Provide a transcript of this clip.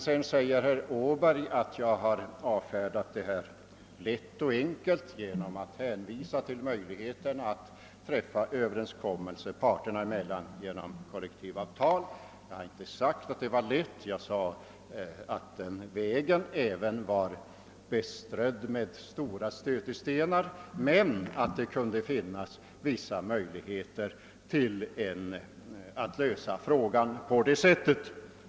Sedan säger herr Åberg, att jag har avfärdat frågan lätt och enkelt genom att hänvisa till möjligheterna att träffa överenskommelse parterna emellan genom kollektivavtal. Jag har inte påstått att det skulle vara lätt — jag sade att även den vägen var beströdd med stora stötestenar men att det kunde finnas vissa utsikter att lösa problemet på det sättet.